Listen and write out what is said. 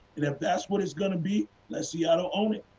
and if that is what is going to be, let seattle own it.